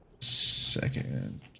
second